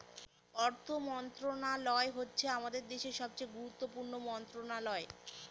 অর্থ মন্ত্রণালয় হচ্ছে আমাদের দেশের সবচেয়ে গুরুত্বপূর্ণ মন্ত্রণালয়